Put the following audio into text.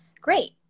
Great